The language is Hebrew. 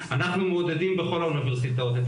אנחנו מעודדים בכל האוניברסיטאות את